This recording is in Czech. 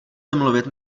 domluvit